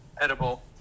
edible